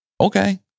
Okay